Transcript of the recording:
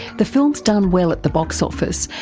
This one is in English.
the film has done well at the box office,